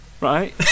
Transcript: Right